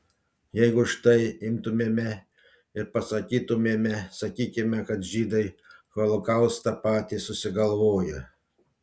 jeigu štai imtumėme ir pasakytumėme sakykime kad žydai holokaustą patys susigalvojo